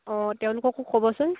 অঁ তেওঁলোককো ক'বচোন